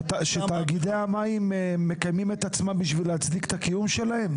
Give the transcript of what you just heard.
שתאגידי המים מקיימים את עצמם בשביל להצדיק את הקיום שלהם?